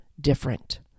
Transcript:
different